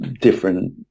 different